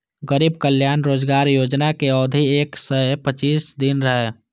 गरीब कल्याण रोजगार योजनाक अवधि एक सय पच्चीस दिन रहै